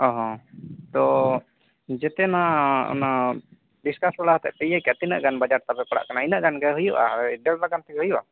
ᱛᱚ ᱡᱚᱛᱚᱣᱟᱜ ᱚᱱᱟ ᱰᱤᱥᱠᱟᱥ ᱵᱟᱲᱟ ᱠᱟᱛᱮᱯᱮ ᱤᱭᱟᱹ ᱠᱮᱫᱟ ᱛᱤᱱᱟᱹ ᱜᱟᱱ ᱵᱟᱡᱟᱨ ᱛᱟᱯᱮ ᱯᱟᱲᱟ ᱠᱟᱱᱟ ᱤᱱᱟᱹ ᱜᱟᱱ ᱜᱮ ᱦᱩᱭᱩᱜᱟ ᱦᱳᱭ ᱰᱮᱲᱞᱟᱠᱷ ᱜᱟᱱ ᱛᱮᱜᱮ ᱦᱩᱭᱩᱜᱼᱟ